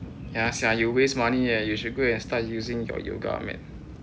ya sia you waste money leh you should go and start using your yoga mat